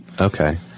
Okay